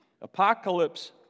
Apocalypse